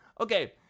Okay